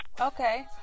Okay